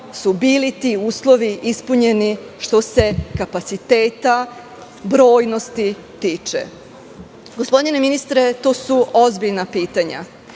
su bili ti uslovi ispunjeni, što se kapaciteta i brojnosti tiče. Gospodine ministre, to su ozbiljna pitanja.